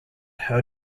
how